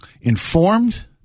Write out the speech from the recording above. informed